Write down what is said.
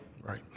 Right